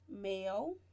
male